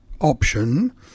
option